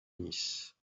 nice